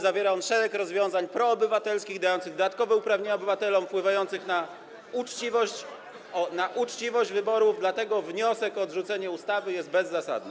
Zawiera on szereg rozwiązań proobywatelskich, dających dodatkowe uprawnienia obywatelom, wpływających na uczciwość wyborów, dlatego wniosek o odrzucenie ustawy jest bezzasadny.